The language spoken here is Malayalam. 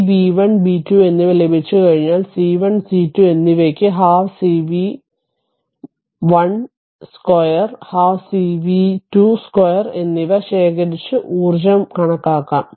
ഈ ബി 1 ബി 2 എന്നിവ ലഭിച്ചുകഴിഞ്ഞാൽ സി 1 സി 2 എന്നിവയ്ക്ക് 12 സിവി 1 2 12 സിവി 2 2 എന്നിവ ശേഖരിച്ച ഊർജ്ജം കണക്കാക്കാം